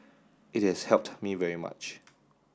it has helped me very much